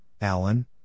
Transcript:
Alan